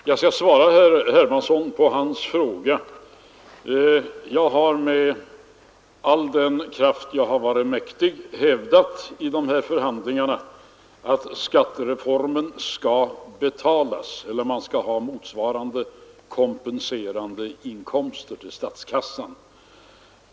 Herr talman! Jag skall svara herr Hermansson på hans fråga. Jag har med all den kraft jag har varit mäktig hävdat i de här förhandlingarna att skattereformen skall betalas med motsvarande inkomster till statskassan.